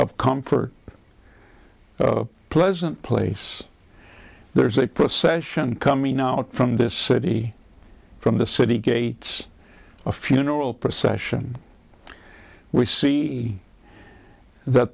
of comfort a pleasant place there is a procession coming out from the city from the city gates a funeral procession we see that